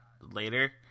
later